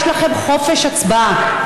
יש לכם חופש הצבעה.